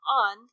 on